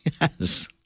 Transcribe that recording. Yes